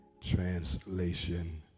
Translation